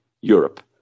Europe